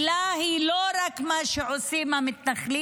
השאלה היא לא רק מה עושים המתנחלים,